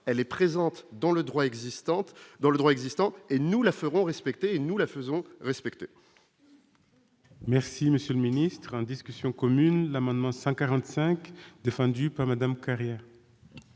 le droit existantes dans le droit existant et nous la ferons respecter et nous la faisons respecter.